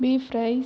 beef rice